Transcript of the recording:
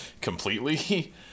completely